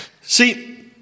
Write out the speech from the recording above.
See